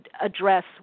address